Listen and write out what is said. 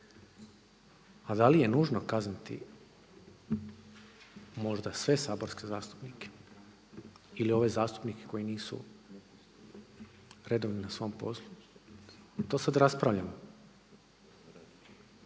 A da li je nužno kazniti možda sve saborske zastupnike ili ove zastupnike koji nisu redovni na svom poslu? To sada raspravljamo.